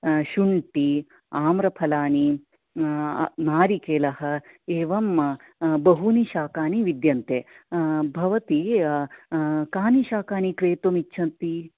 शुण्टि आम्रफलानि नारिकेलः एवं बहुनि शाकानि विद्यन्ते भवति कानि शाकानि क्रेतुम् इच्छन्ति